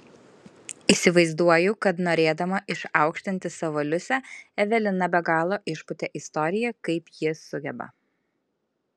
įsivaizduoju kad norėdama išaukštinti savo liusę evelina be galo išpūtė istoriją kaip ji sugeba